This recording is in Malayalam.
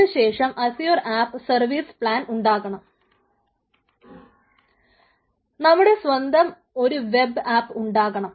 അതിനുശേഷം അസ്യൂർ ആപ്പ് സർവീസ് പ്ലാൻ ഉണ്ടാകണം നമ്മുടെ സ്വന്തം ഒരു വെബ് ആപ്പ് ഉണ്ടാക്കണം